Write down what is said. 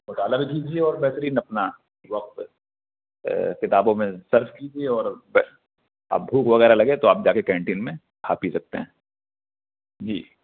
خود الگ دیجیے اور بہترین اپنا وقت کتابوں میں صرف کیجیے اور اب بھوک وغیرہ لگے تو آپ جا کے کینٹین میں کھا پی سکتے ہیں جی